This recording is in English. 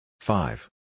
Five